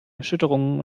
erschütterungen